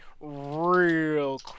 real